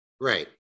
Right